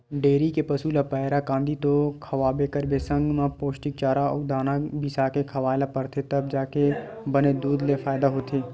dairy के पसू ल पैरा, कांदी तो खवाबे करबे संग म पोस्टिक चारा अउ दाना बिसाके खवाए ल परथे तब जाके बने दूद ले फायदा होथे